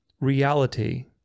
reality